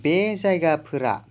बे जायगाफोरा